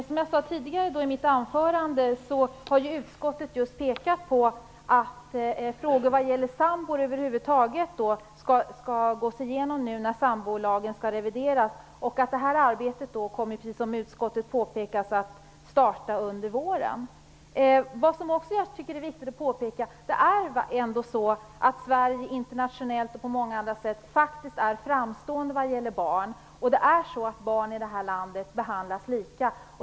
Herr talman! Som jag sade i mitt huvudanförande har utskottet pekat på att frågor vad gäller sambor över huvud taget skall gås igenom när sambolagen skall revideras, och det här arbetet kommer, precis som utskottet påpekar, att starta under våren. Jag tycker också att det är viktigt att påpeka att Sverige internationellt är framstående vad gäller barn och att barn i det här landet behandlas lika.